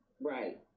Right